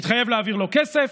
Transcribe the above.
הוא התחייב להעביר לו כסף,